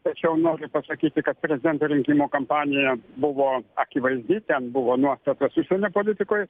tačiau noriu pasakyti kad prezidento rinkimų kampanija buvo akivaizdi ten buvo nuostatas užsienio politikoj